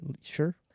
sure